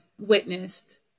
witnessed